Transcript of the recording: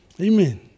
Amen